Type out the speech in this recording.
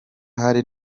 hari